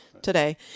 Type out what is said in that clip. today